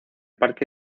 parque